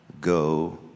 go